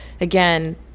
again